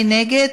מי נגד?